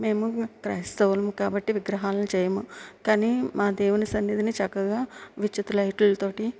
మేము క్రైస్తవులము కాబట్టి విగ్రహాలును చేయము కానీ మా దేవుని సన్నిధిని చక్కగా విచిత్ర లైట్లు తోటి